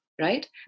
right